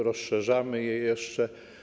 Rozszerzamy je jeszcze.